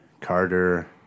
Carter